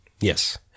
Yes